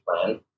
plan